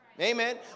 Amen